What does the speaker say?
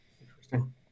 Interesting